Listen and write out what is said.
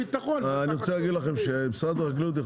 אני רוצה להגיד לכם שמשרד החקלאות יכול